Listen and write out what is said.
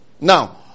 Now